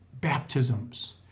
baptisms